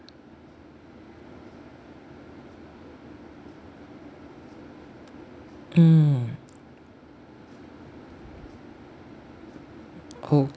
mm